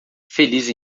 feliz